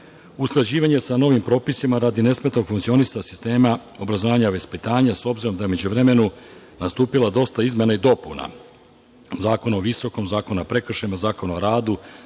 usklađivanje sa novim propisima radi nesmetanog funkcionisanja sistema obrazovanja i vaspitanja s obzirom da je u međuvremenu nastupilo dosta izmena i dopuna Zakona o visokom, Zakona o prekršajnom, Zakona o radu,